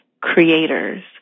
creators